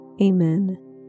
Amen